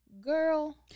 girl